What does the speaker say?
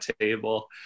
table